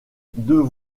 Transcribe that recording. deux